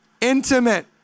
intimate